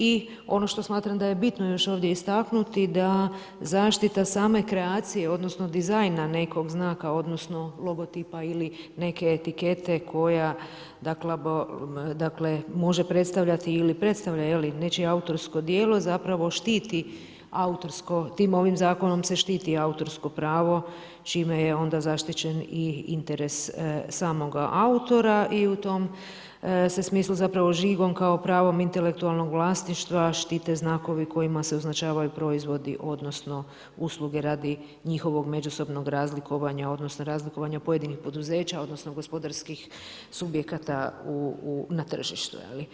I ono što smatram da je bitno još ovdje istaknuti da zaštita same kreacije, odnosno dizajna nekog znaka odnosno, logotipa ili neke etikete koja može predstavljati ili predstavlja nečije autorsko djelo, zapravo štiti autorsko, tim novim zakonom se štiti autorsko pravo čime je onda zaštićen i interes samoga autora i u tom se smislu zapravo žigom kao pravom intelektualnog vlasništva štite znakovi kojima se označavaju proizvodi odnosno, usluge radi njihovog međusobnog razlikovanja odnosno, razlikovanja pojedinih poduzeća odnosno, gospodarskih subjekata na tržištu.